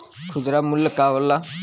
खुदरा मूल्य का होला?